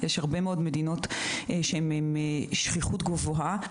יש הרבה מאוד מדינות שיש בהן שכיחות גבוהה.